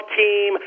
team